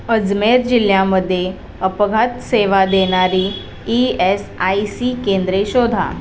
अजमेर जिल्ह्यामध्ये अपघात सेवा देणारी ई एस आय सी केंद्रे शोधा